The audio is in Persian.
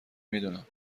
میدونم